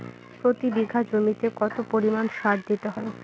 প্রতি বিঘা জমিতে কত পরিমাণ সার দিতে হয়?